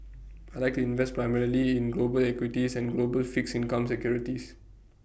I Like to invest primarily in global equities and global fixed income securities